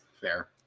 Fair